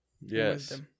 Yes